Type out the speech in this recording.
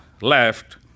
left